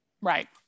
Right